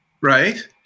right